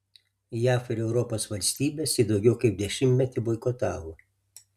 jav ir europos valstybės jį daugiau kaip dešimtmetį boikotavo